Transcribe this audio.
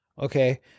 okay